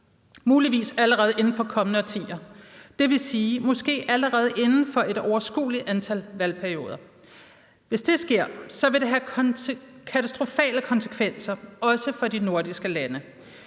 muligvis allerede inden for kommende årtier, dvs. måske allerede inden for et overskueligt antal valgperioder. Hvis det sker, vil det have katastrofale konsekvenser, også for de nordiske lande.